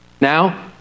Now